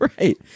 Right